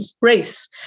race